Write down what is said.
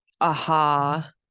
aha